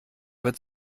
wird